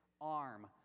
arm